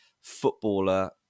footballer